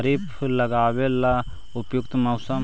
खरिफ लगाबे ला उपयुकत मौसम?